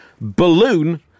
balloon